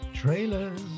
trailers